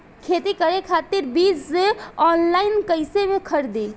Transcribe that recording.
खेती करे खातिर बीज ऑनलाइन कइसे खरीदी?